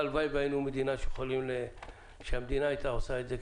הלוואי שהמדינה הייתה עושה את זה,